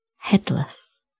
headless